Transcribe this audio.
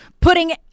putting